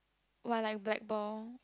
what like blackball